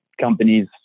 companies